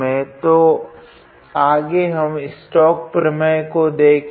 तो आगे हम स्टॉक्स प्रमेय को देखेगे